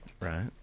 right